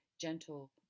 gentle